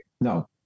no